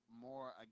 more